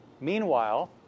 meanwhile